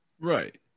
Right